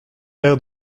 l’air